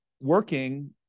working